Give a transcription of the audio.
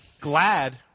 Glad